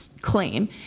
claim